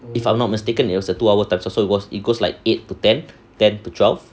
if I'm not mistaken it was a two hour time slot so it was it goes like eight to ten ten to twelve